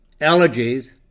allergies